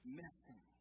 missing